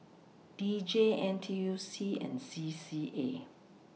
D J N T U C and C C A